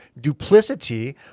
duplicity